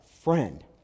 friend